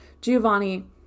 Giovanni